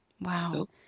Wow